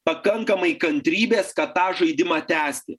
pakankamai kantrybės kad tą žaidimą tęsti